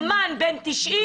אלמן בן 90,